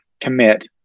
commit